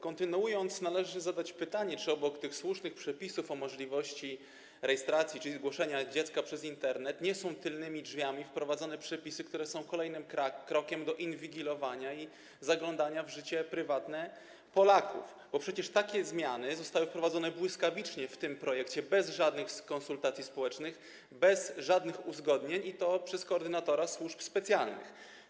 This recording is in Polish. Kontynuując, należy zadać pytanie, czy obok tych słusznych przepisów o możliwości rejestracji, czyli zgłoszenia dziecka przez Internet, tylnymi drzwiami nie są wprowadzone przepisy, które są kolejnym krokiem do inwigilowania i zaglądania w życie prywatne Polaków, bo przecież takie zmiany zostały w tym projekcie wprowadzone błyskawicznie - bez żadnych konsultacji społecznych, bez żadnych uzgodnień, i to przez koordynatora służb specjalnych.